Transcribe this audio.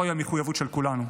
וזוהי המחויבות של כולנו.